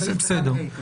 בסדר.